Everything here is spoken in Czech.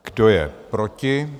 Kdo je proti?